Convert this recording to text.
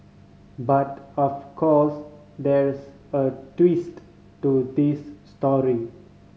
but of course there's a twist to this story